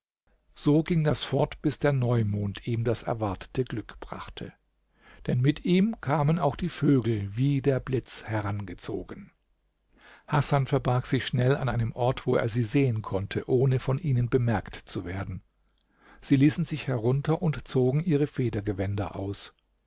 so ging das fort bis der neumond ihm das erwartete glück brachte denn mit ihm kamen auch die vögel wie der blitz herangezogen hasan verbarg sich schnell an einem ort wo er sie sehen konnte ohne von ihnen bemerkt zu werden sie ließen sich herunter und zogen ihre federgewänder aus